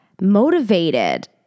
motivated